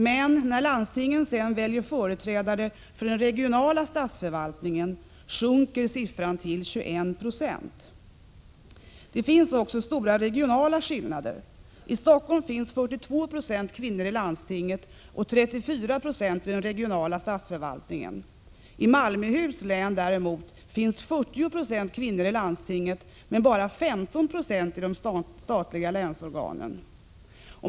Men när landstingen sedan väljer företrädare för den regionala statsförvaltningen sjunker siffran till 21 26. Det finns också stora regionala skillnader. I Stockholm finns 42 26 kvinnor i landstinget och 34 26 i den regionala statsförvaltningen. I Malmöhus län däremot finns 40 96 kvinnor i landstinget men bara 15 96 i de statliga länsorganen.